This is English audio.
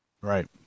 Right